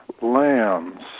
lands